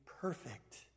perfect